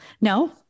no